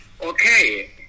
Okay